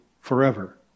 forever